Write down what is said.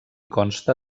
consta